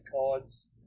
cards